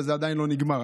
וזה עדיין לא נגמר,